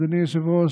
אדוני היושב-ראש,